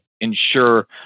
ensure